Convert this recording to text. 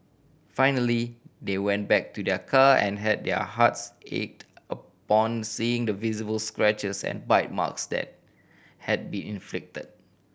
finally they went back to their car and had their hearts ached upon seeing the visible scratches and bite marks that had been inflicted